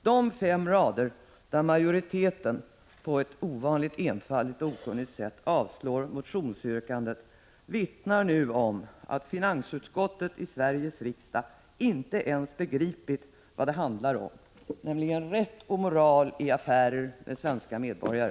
De fem rader där majoriteten på ett ovanligt enfaldigt och okunnigt sätt avstyrker motionsyrkandet vittnar om att finansutskottet i Sveriges riksdag inte ens begripit vad det handlar om, nämligen rätt och moral i affärer med svenska medborgare.